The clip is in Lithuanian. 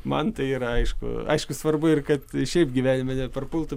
man tai yra aišku aišku svarbu ir kad šiaip gyvenime neprapultų